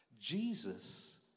Jesus